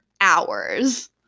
hours